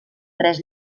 tres